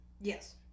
Yes